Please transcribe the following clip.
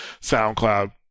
SoundCloud